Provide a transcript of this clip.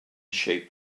sheep